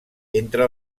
entre